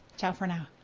ciao for now.